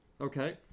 Okay